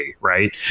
right